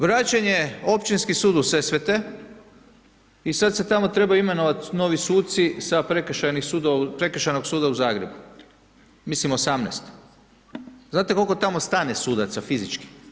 Vraćanje Općinski sud u Sesvete i sad se tamo treba imenovati novi suci sa Prekršajnog suda u Zagrebu, mislim 18. znate koliko tamo stane sudaca fizički?